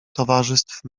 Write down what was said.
towarzystw